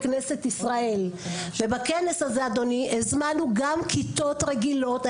הזמנו לכנס הזה גם כיתות רגילות.